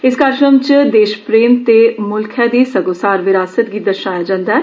इस कार्जक्रम च देशप्रेम वे मुल्खे दी सगोसार विरासत गी दर्शाया जव्वा ऐ